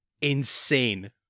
Insane